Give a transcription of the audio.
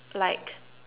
like